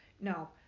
No